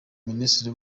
minisitiri